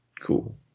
Cool